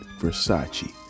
versace